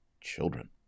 children